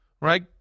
right